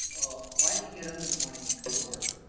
why do you get up in the morning and come to work?